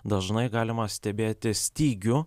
dažnai galima stebėti stygių